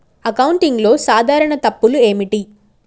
అకౌంటింగ్లో సాధారణ తప్పులు ఏమిటి?